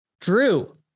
Drew